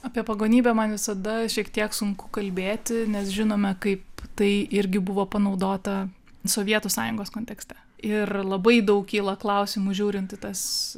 apie pagonybę man visada šiek tiek sunku kalbėti nes žinome kaip tai irgi buvo panaudota sovietų sąjungos kontekste ir labai daug kyla klausimų žiūrint į tas